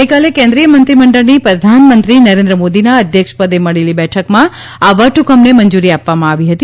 ગઇકાલે કેન્દ્રિય મંત્રીમંડળની પ્રધાનમંત્રી નરેન્દ્ર મોદીના અધ્યક્ષ પદે મળેલી બેઠકમાં આ વટહ્કમને મંજૂરી આપવામાં આવી હતી